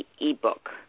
ebook